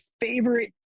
favorite